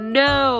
no